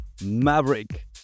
Maverick